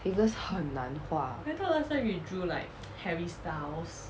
fingers 很难画